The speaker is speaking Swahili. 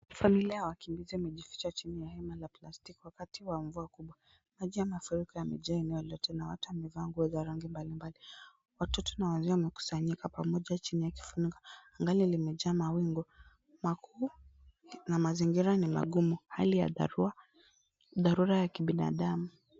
Familia ya wakimbizi wamejificha chini ya hema la plastiki wakati wa mvua kubwa. Maji ya mafuriko yamejaa eneo lote na watu wamevaa nguo za rangi mbalimbali. Watoto na wazee wamekusanyika pamoja chini ya kifunga. Angani limejaa mawingu makuu na mazingira ni magumu. Hali ya dharura ya kibinadamu.